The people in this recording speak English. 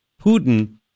Putin